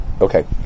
Okay